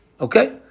Okay